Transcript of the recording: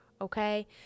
Okay